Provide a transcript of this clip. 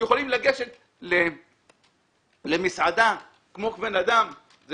יכולים לגשת למסעדה כמו בני אדם אני